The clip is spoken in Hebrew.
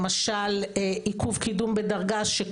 למשל עיכוב קידום בדרגה,